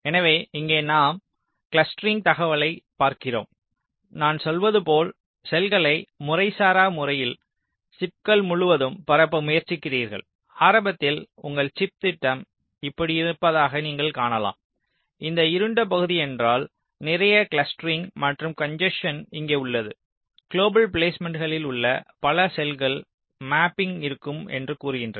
எனவே இங்கே நாம் க்ளஸ்டரிங் தகவலைப் பார்க்கிறோம் நான் சொல்வது போல் செல்களை முறைசாரா முறையில் சிப்கள் முழுவதும் பரப்ப முயற்சிக்கிறீர்கள் ஆரம்பத்தில் உங்கள் சிப் திட்டம் இப்படி இருப்பதாக நீங்கள் காணலாம் இந்த இருண்ட பகுதி என்றால் நிறைய கிளஸ்டரிங் மற்றும் கன்ஜஸ்ஸென் இங்கே உள்ளது குளோபல் பிலேஸ்மேன்ட்களில் உள்ள பல செல்ககள் மேப்பிங் இருக்கும் என்று கூறுகின்றன